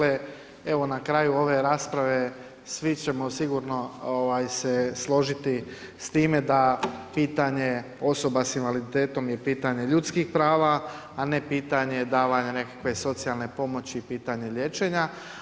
Evo na kraju ove rasprave svi ćemo sigurno se složiti s time da pitanje osoba s invaliditetom je pitanje ljudskih prava, a ne pitanje davanja nekakve socijalne pomoći, pitanje liječenja.